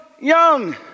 young